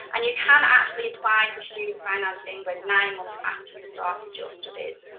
and you can actually apply for student finance england nine months after you've started your studies.